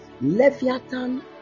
Leviathan